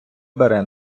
бере